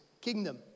kingdom